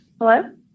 Hello